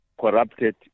corrupted